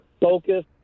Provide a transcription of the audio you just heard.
focus